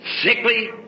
sickly